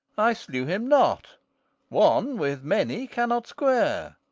i slew him not one with many cannot square.